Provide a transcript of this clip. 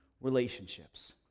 relationships